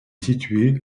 situé